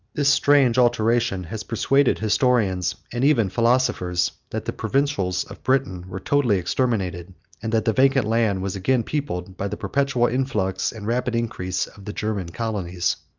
this strange alteration has persuaded historians, and even philosophers, that the provincials of britain were totally exterminated and that the vacant land was again peopled by the perpetual influx, and rapid increase, of the german colonies.